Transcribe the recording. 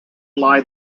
lie